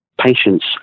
patience